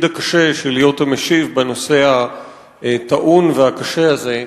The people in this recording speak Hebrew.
הקשה של להיות המשיב בנושא הטעון והקשה הזה,